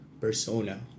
persona